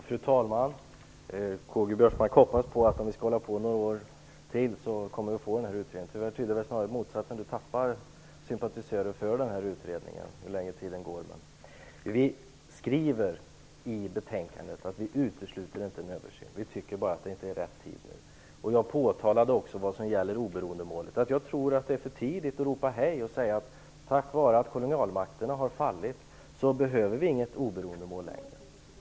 Fru talman! Karl-Göran Biörsmark tror att den här utredningen kommer till stånd om vi får hålla på några år till. Det här tyder snarare på motsatsen. Karl Göran Biörsmark tappar sympatisörer för den här utredningen ju längre tiden går. I betänkandet skriver vi att vi inte utesluter en översyn. Vi tycker bara att det inte är rätt tid nu. Jag talade också om vad som gäller oberoendemålet. Jag tror att det är för tidigt att ropa hej och säga att det inte behövs något oberoendemål längre, eftersom kolonialmakterna har fallit.